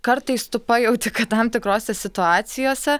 kartais tu pajauti kad tam tikrose situacijose